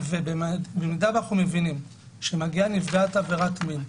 ובמידה ואנחנו מבינים שמגיעה נפגעת עבירת מין,